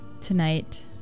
tonight